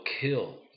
kill